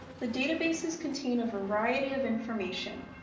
the databases contain a variety of information.